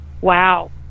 wow